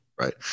Right